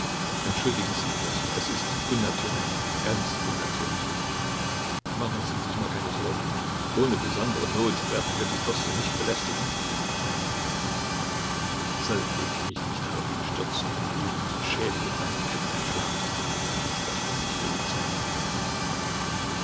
entschuldigen sie fürst es ist unnatürlich ganz unnatürlich machen sie sich nur keine sorge ohne besondere not werden wir die fürstin nicht belästigen soll ich mich nicht auf ihn stürzen und ihm den schädel mit meinen ketten einschlagen dachte sich